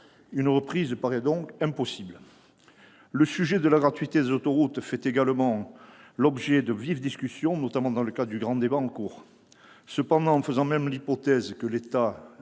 Une reprise paraît donc impossible. Le sujet de la gratuité des autoroutes fait également l'objet de vives discussions, notamment dans le cadre du grand débat national en cours. Cependant, même en faisant l'hypothèse que l'État